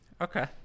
okay